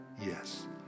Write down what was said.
yes